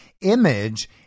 image